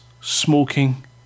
smoking